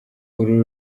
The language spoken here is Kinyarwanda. uru